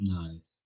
nice